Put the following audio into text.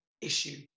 issue